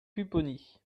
pupponi